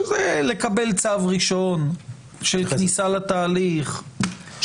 שזה לקבל צו ראשון של כניסה לתהליך,